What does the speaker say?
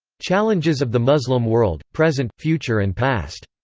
challenges of the muslim world present, future and past.